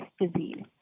disease